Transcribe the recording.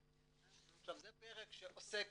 זה פרק שעוסק